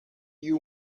you